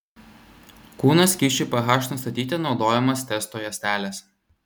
kūno skysčių ph nustatyti naudojamos testo juostelės